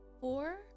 four